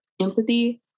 empathy